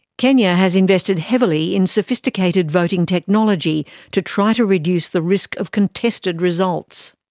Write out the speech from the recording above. kenya has invested heavily in sophisticated voting technology to try to reduce the risk of contested results.